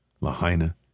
Lahaina